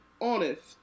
honest